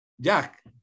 Jack